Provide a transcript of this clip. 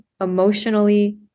emotionally